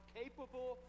capable